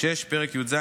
פרק י"ז,